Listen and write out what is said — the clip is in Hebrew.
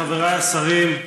חבריי השרים,